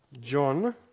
John